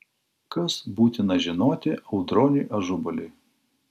kas būtina žinoti audroniui ažubaliui